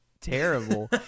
terrible